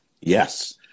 Yes